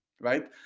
right